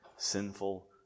Sinful